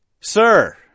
sir